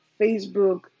Facebook